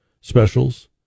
specials